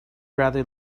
rather